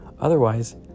Otherwise